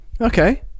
Okay